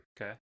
okay